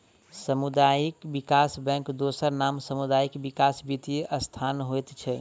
सामुदायिक विकास बैंकक दोसर नाम सामुदायिक विकास वित्तीय संस्थान होइत छै